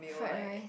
fried rice